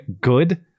good